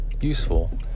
useful